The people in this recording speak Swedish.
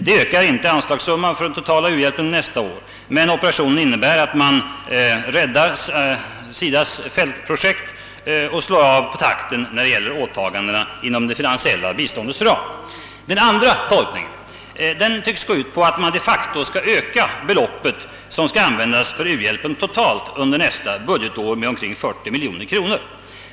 Det ökar inte det totala anslaget till uhjälpen för nästa år, men operationen innebär att man räddar SIDA:s fältprojekt genom att slå av på takten när det gäller åtagandena inom det finansiella biståndets ram. Den andra tolkningen tycks gå ut på att man de facto skall öka det totala anslaget till u-hjälpen under nästa budgetår med omkring 40 miljoner kronor.